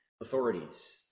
authorities